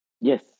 Yes